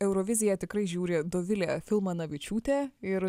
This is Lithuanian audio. euroviziją tikrai žiūri dovilė filmanavičiūtė ir